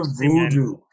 Voodoo